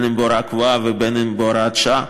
אם בהוראה קבועה ואם בהוראת שעה.